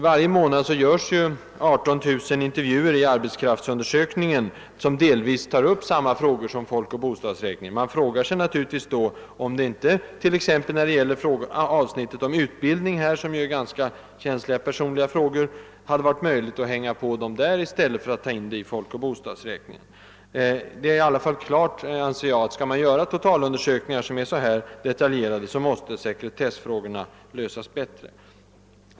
Varje månad görs 18000 intervjuer i arbetskraftsundersökningen, som delvis tar upp samma frågor som folkoch bostadsräkningen. Det är då naturligt att ställa frågan om det inte t.ex. när det gäller avsnittet om utbildning, som rör ganska känsliga personliga förhållanden, hade varit möjligt att hänga på frågorna på arbetskraftsundersökningen i stället för att ta in dem i folkoch bostadsräkningen. Det framstår dock som uppenbart, att om det skall göras totalundersökningar som är så här detaljerade, måste sekretessfrågorna lösas bättre.